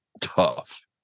tough